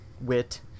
Wit